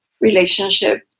relationship